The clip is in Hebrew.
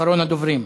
אחרון הדוברים.